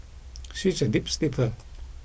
she is a deep sleeper